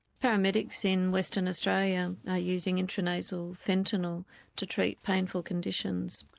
paramedics in western australia are using intranasal fentanyl to treat painful conditions.